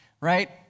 right